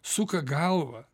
suka galvą